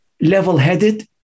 level-headed